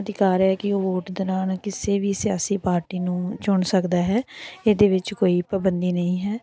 ਅਧਿਕਾਰ ਹੈ ਕਿ ਉਹ ਵੋਟ ਦੌਰਾਨ ਕਿਸੇ ਵੀ ਸਿਆਸੀ ਪਾਰਟੀ ਨੂੰ ਚੁਣ ਸਕਦਾ ਹੈ ਇਹਦੇ ਵਿੱਚ ਕੋਈ ਪਾਬੰਦੀ ਨਹੀਂ ਹੈ